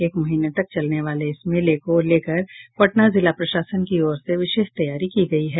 एक महीने तक चलने वाले इस मेले को लेकर पटना जिला प्रशासन की ओर से विशेष तैयारी की गयी है